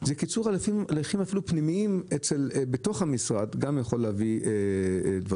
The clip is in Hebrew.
בקיצור, אנשים בתוך המשרד גם יכולים להביא תוצאות.